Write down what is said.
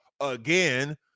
again